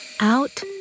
out